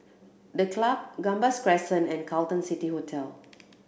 The Club Gambas Crescent and Carlton City Hotel